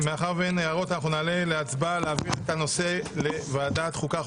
הערות ואנחנו נצביע על העברת הנושא לדיון בוועדת החוקה,